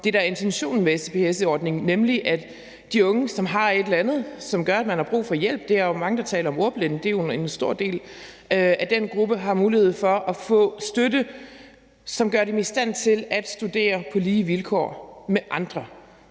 der er intentionen med SPS-ordningen, nemlig at de unge, som har et eller andet, som gør, at de har brug for hjælp – der er mange, der taler om ordblinde, og det er jo en stor del af den gruppe – har mulighed for at få støtte, som gør dem i stand til at studere på lige vilkår med andre.